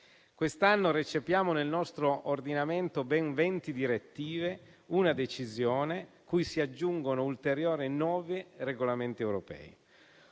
Quest'anno recepiamo nel nostro ordinamento ben venti direttive, una decisione cui si aggiungono ulteriori nove regolamenti europei.